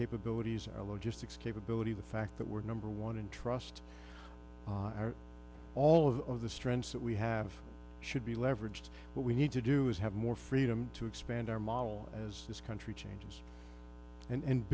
capabilities our low just six capability the fact that we're number one and trust all of the strengths that we have should be leveraged what we need to do is have more freedom to expand our model as this country changes and